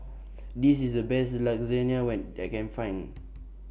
This IS The Best when that I Can Find